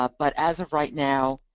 ah but as of right now,